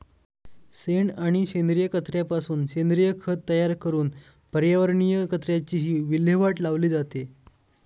शेण आणि सेंद्रिय कचऱ्यापासून सेंद्रिय खत तयार करून पर्यावरणीय कचऱ्याचीही विल्हेवाट लावली जाते